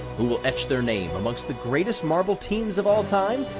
who will etch their name amongst the greatest marble teams of all time?